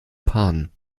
pan